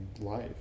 life